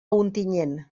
ontinyent